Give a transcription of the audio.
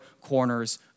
corners